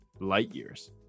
LIGHTYEARS